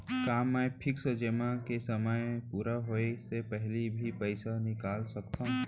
का मैं फिक्स जेमा के समय पूरा होय के पहिली भी पइसा निकाल सकथव?